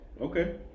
okay